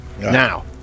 Now